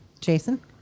Jason